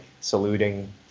saluting